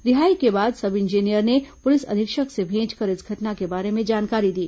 रिहाई के बाद सब इंजीनियर ने पुलिस अधीक्षक से भेंट कर इस घटना के बारे में जानकारी दी